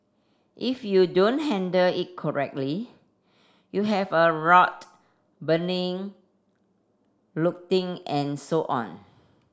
if you don't handle it correctly you'll have a riot burning looting and so on